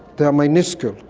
they are miniscule.